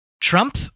Trump